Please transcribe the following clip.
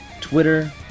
Twitter